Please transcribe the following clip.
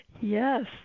Yes